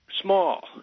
small